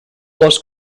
lost